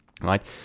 Right